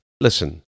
listen